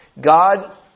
God